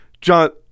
John